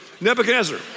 Nebuchadnezzar